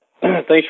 Thanks